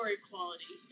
equality